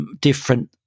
different